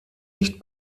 nicht